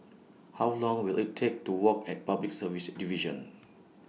How Long Will IT Take to Walk At Public Service Division